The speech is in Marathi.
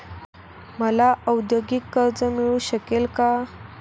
मला औद्योगिक कर्ज मिळू शकेल का?